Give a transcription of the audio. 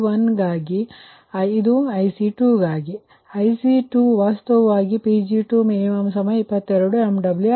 ಆದ್ದರಿಂದ IC2ವಾಸ್ತವವಾಗಿ Pg2min22 MW ಆಗಿದೆ